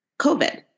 COVID